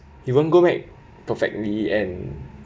it won't go back perfectly and